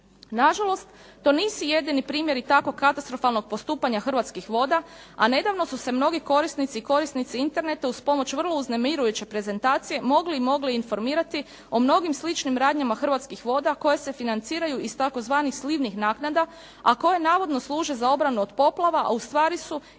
Na žalost, to nisu jedini primjeri takvog katastrofalnog postupanja Hrvatskih voda, a nedavno su se mnogi korisnici i korisnice interneta uz pomoć vrlo uznemirujuće prezentacije mogli i mogle informirati o mnogim sličnim radnjama Hrvatskih voda koje se financiraju iz tzv. slivnih naknada, a koje navodno služe za obranu od poplava, a u stvari su